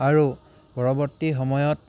আৰু পৰৱৰ্তী সময়ত